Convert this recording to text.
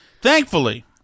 Thankfully